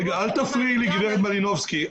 אל תפריעי לי גברת מלינובסקי.